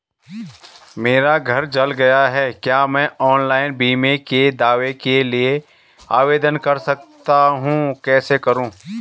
मेरा घर जल गया है क्या मैं ऑनलाइन बीमे के दावे के लिए आवेदन कर सकता हूँ कैसे करूँ?